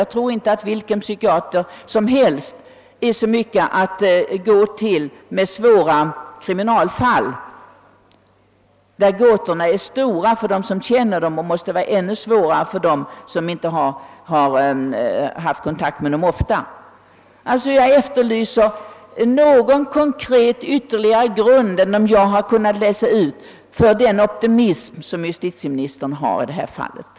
Jag tror inte att vilken psykiater som helst kan klara svåra kriminalfall, där gåtorna är stora för personer som känner kriminaliteten och måste vara ännu större för personer som inte ofta har haft kontakt härmed. Jag efterlyser alltså en något mer konkret grund för justitieministerns optimism.